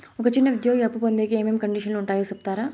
ఒక చిన్న ఉద్యోగి అప్పు పొందేకి ఏమేమి కండిషన్లు ఉంటాయో సెప్తారా?